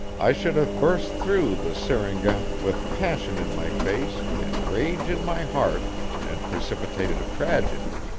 i should have burst through the syringa with passion in my face and rage in my heart and precipitated a tragedy.